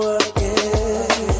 again